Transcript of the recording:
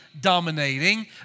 dominating